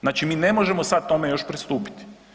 Znači mi ne možemo sad tome još pristupiti.